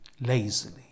lazily